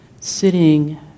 sitting